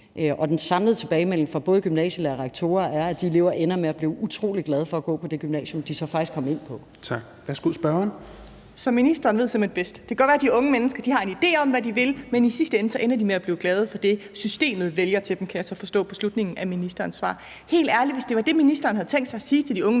Og den samlede tilbagemelding fra både gymnasielærere og rektorer er, at de elever ender med at blive utrolig glade for at gå på det gymnasium, de så faktisk kom ind på. Kl. 10:18 Fjerde næstformand (Rasmus Helveg Petersen): Tak. Værsgo, spørgeren. Kl. 10:18 Mette Abildgaard (KF): Så ministeren ved simpelt hen bedst. Det kan godt være, de unge mennesker har en idé om, hvad de vil, men i sidste ende ender de med at blive glade for det, systemet vælger til dem, kan jeg så forstå på slutningen af ministerens svar. Helt ærlig, hvis det var det, ministeren havde tænkt sig at sige til de unge mennesker,